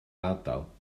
ardal